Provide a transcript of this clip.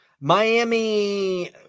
Miami